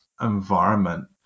environment